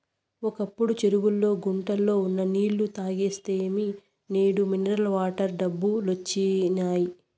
ఒకప్పుడు చెరువుల్లో గుంటల్లో ఉన్న నీళ్ళు తాగేస్తిమి నేడు మినరల్ వాటర్ డబ్బాలొచ్చినియ్